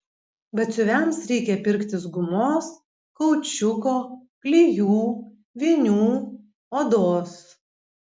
batsiuviams reikia pirktis gumos kaučiuko klijų vinių odos